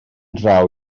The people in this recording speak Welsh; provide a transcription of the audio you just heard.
draw